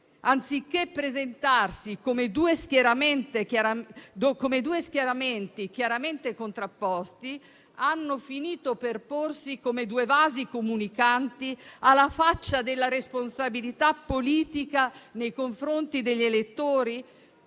anziché presentarsi come due schieramenti chiaramente contrapposti, hanno finito per porsi come due vasi comunicanti alla faccia della responsabilità politica nei confronti degli elettori?